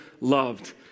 loved